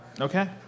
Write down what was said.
Okay